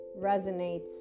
resonates